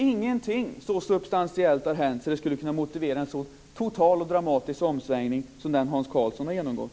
Ingenting så substantiellt har hänt att det skulle kunna motivera en sådan total och dramatisk omställning som den Hans Karlsson har genomgått.